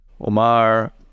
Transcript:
Omar